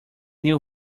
new